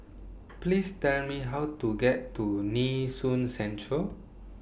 Please Tell Me How to get to Nee Soon Central